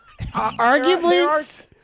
arguably